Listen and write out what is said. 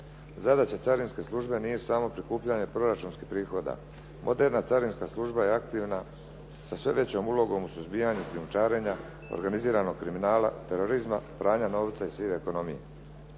Zadaća carinske službe nije samo prikupljanje proračunskih prihoda. Potrebna carinska služba je aktivna sa sve većom ulogom u suzbijanju krijumčarenja, organiziranog kriminala, terorizma, pranja novca i sive ekonomije.